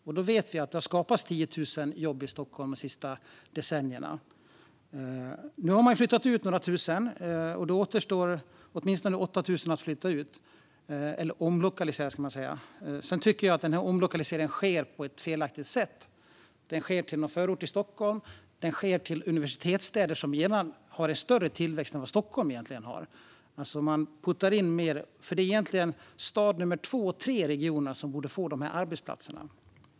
Vi vet att det har skapats 10 000 jobb i Stockholm de senaste decennierna. Nu har man flyttat ut några tusen, och åtminstone 8 000 återstår att omlokalisera. Sedan tycker jag att denna omlokalisering sker på ett felaktigt sätt - till någon förort till Stockholm och till universitetsstäder som redan har högre tillväxt än Stockholm har. Man puttar in mer. Det är egentligen stad nummer två och tre i regionerna som borde få dessa arbetsplatser.